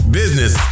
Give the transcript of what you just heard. business